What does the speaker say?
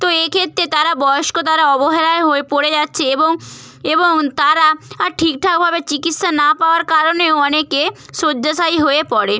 তো এক্ষেত্রে তারা বয়স্ক তারা অবহেলায় হয়ে পড়ে যাচ্ছে এবং এবং তারা ঠিকঠাকভাবে চিকিৎসা না পাওয়ার কারণেও অনেকে শয্যাশায়ী হয়ে পড়ে